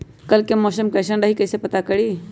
कल के मौसम कैसन रही कई से पता करी?